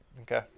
Okay